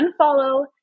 unfollow